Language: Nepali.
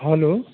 हेलो